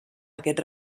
aquest